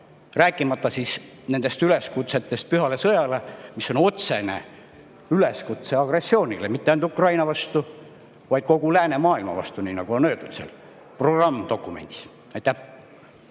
Rääkimata nendest üleskutsetest pühale sõjale, mis on otsene üleskutse agressioonile mitte ainult Ukraina vastu, vaid kogu läänemaailma vastu, nagu on öeldud selles programmdokumendis. Varro